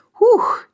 whew